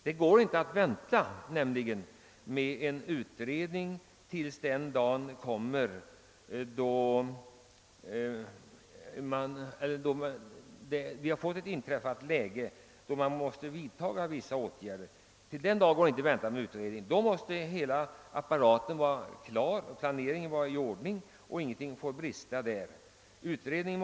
Det går inte att vänta med en utredning till den dag då läget kräver att det vidtas åtgärder. Då måste hela apparaten vara klar, och ingenting får brista i planeringen.